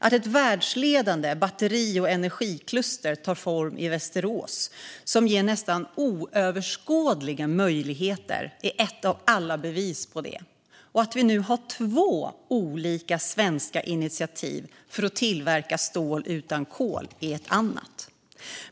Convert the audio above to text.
Att ett världsledande batteri och energikluster som ger nästan oöverskådliga möjligheter tar form i Västerås är ett av alla bevis på det. Att vi nu har två olika svenska initiativ för att tillverka stål utan kol är ett annat.